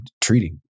treating